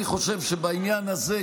אני חושב שבעניין הזה,